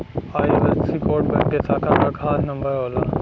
IFSC code bank के शाखा क खास नंबर होला